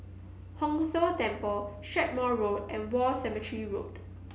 Hong Tho Temple Strathmore Road and War Cemetery Road